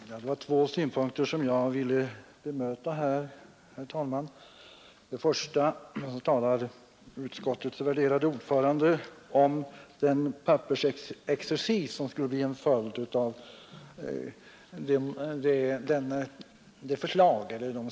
Herr talman! Det är två synpunkter som jag här vill bemöta. Den första framfördes av utskottets värderade ordförande, när hon talade om den pappersexercis som skulle bli följden av ett bifall till det förslag som